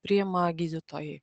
priima gydytojai